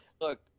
look